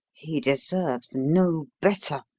he deserves no better!